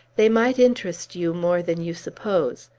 they might interest you more than you suppose.